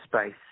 space